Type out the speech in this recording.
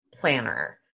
planner